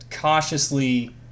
cautiously